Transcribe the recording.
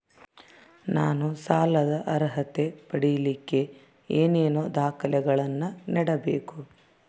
ನಾನು ಸಾಲದ ಅರ್ಹತೆ ಪಡಿಲಿಕ್ಕೆ ಏನೇನು ದಾಖಲೆಗಳನ್ನ ನೇಡಬೇಕು?